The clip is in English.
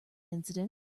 incident